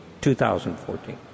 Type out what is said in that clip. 2014